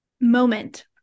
moment